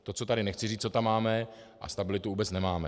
To, co tady nechci říct, co tam máme, a stabilitu vůbec nemáme.